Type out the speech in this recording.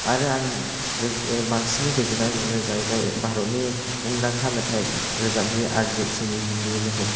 आरो आं बांसिनै गोजोननाय मोनो जाहैबाय भारतनि मुंदांखा मेथाइ रोजाबगिरि आरजित सिंहनि हिन्दी मेथाइफोरखौ